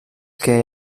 que